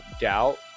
doubt